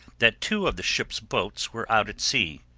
that two of the ship's boats were out at sea,